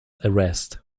arrest